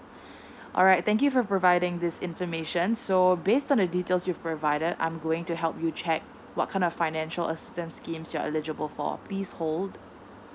alright thank you for providing this information so based on the details you provided I'm going to help you check what kind of financial assistance scheme you're eligible for please hold